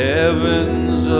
heavens